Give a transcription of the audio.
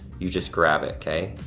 you just grab it, okay.